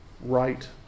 right